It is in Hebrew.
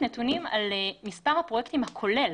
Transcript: היא מפרסמת נתונים על מספר הפרויקטים הכולל